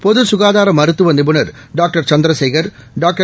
பொது சுகாதார மருத்துவ நிபுணா டாக்டர் சந்திரசேகர் டாக்டர்